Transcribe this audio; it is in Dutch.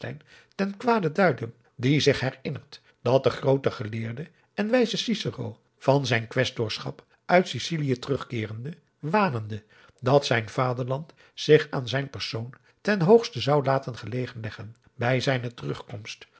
ten kwade duiden die zich herinnert dat de groote geleerde en wijze cicero van zijn quaestorschap uit sicilië terugkeerende wanende dat zijn vaderland zich aan zijn persoon ten hoogste zou laten gelegen leggen bij zijne terugkomst